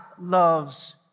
loves